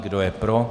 Kdo je pro?